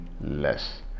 less